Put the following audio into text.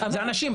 זה אנשים,